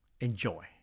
Enjoy